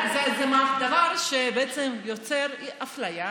זה דבר שיוצר אפליה,